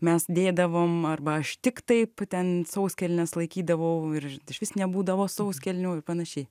mes dėdavom arba aš tiktai puten sauskelnes laikydavau ir išvis nebūdavo sauskelnių ir panašiai